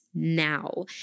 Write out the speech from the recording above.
now